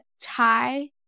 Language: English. tie